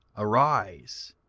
arise,